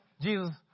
Jesus